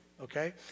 okay